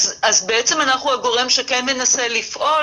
בעצם אנחנו הגורם שכן מנסה לפעול,